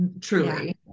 truly